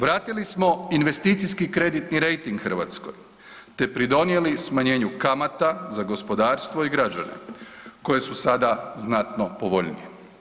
Vratili smo investicijski kreditni rejting te pridonijeli smanjenju kamata za gospodarstva i građane koje su sada znatno povoljnije.